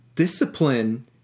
Discipline